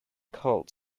cult